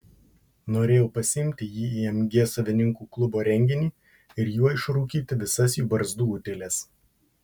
norėjau pasiimti jį į mg savininkų klubo renginį ir juo išrūkyti visas jų barzdų utėles